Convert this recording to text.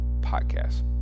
podcast